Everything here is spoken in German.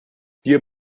wir